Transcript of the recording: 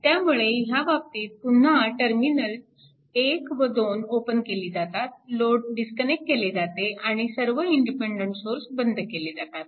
त्यामुळे ह्या बाबतीत पुन्हा टर्मिनल्स 1 व 2 ओपन केली जातात लोड डिस्कनेक्ट केले जाते आणि सर्व इंडिपेन्डन्ट सोर्स बंद केले जातात